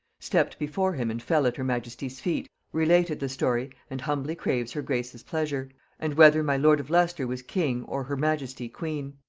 stepped before him and fell at her majesty's feet, related the story, and humbly craves her grace's pleasure and whether my lord of leicester was king, or her majesty queen?